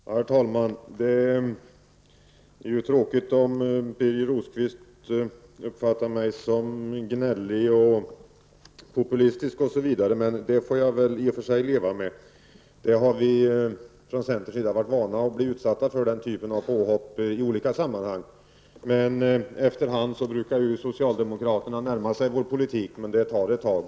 Herr talman! Det är ju tråkigt om Birger Rosqvist uppfattar mig som gnällig, populistisk osv., men det får jag väl i och för sig leva med. Vi har från centerns sida varit vana vid att bli utsatta för den typen av påhopp i olika sammanhang. Efter hand brukar socialdemokraterna närma sig vår politik, men det tar ett tag.